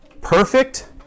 perfect